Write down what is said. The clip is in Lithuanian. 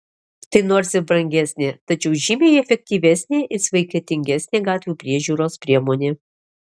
tai nors ir brangesnė tačiau žymiai efektyvesnė ir sveikatingesnė gatvių priežiūros priemonė